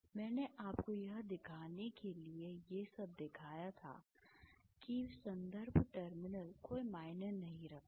मैंने आपको यह दिखाने के लिए ये सब दिखाया था कि संदर्भ टर्मिनल कोई मायने नहीं रखता